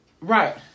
right